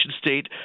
state